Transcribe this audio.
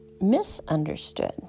misunderstood